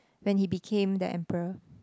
when he became the emperor